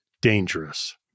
dangerous